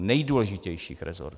Nejdůležitějších resortů.